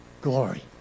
glory